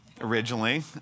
originally